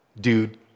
Dude